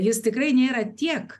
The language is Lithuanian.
jis tikrai nėra tiek